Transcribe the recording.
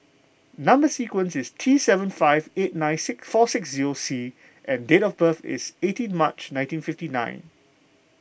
Number Sequence is T seven five eight nine four six zero C and date of birth is eighteen March nineteen fifty nine